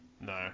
No